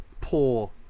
poor